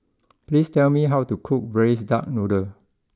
please tell me how to cook Braised Duck Noodle